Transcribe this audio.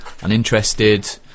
uninterested